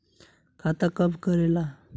खाता कब करेला?